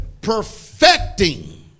Perfecting